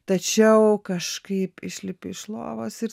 tačiau kažkaip išlipi iš lovos ir